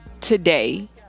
today